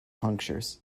punctures